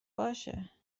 باشه